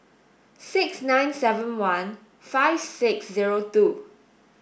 six nine seven one five six zero two